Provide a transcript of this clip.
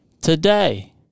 today